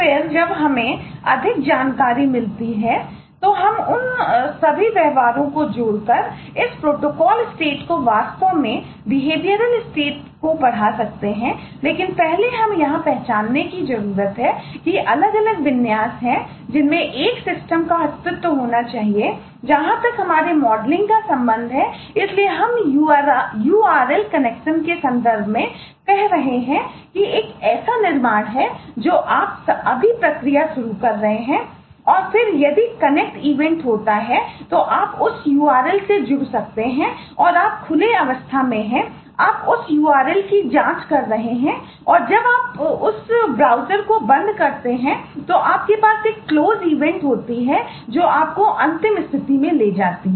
और फिर जब हमें अधिक जानकारी मिलती है तो हम उन सभी व्यवहारों को जोड़कर इस प्रोटोकॉल स्टेट होती है जो आपको अंतिम स्थिति में ले जाती है